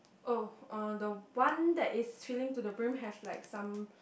oh uh the one that is filling to the brim have like some